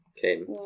came